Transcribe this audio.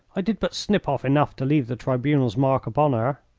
i did but snip off enough to leave the tribunal's mark upon her.